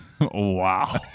Wow